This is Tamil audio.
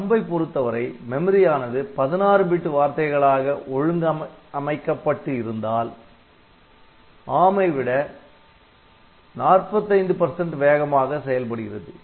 THUMB ஐ பொறுத்தவரை மெமரியானது 16 பிட் வார்த்தைகளாக ஒழுங்கமைக்கப்பட்டு இருந்தால் ARM ஐ விட 45 வேகமாக செயல்படுகிறது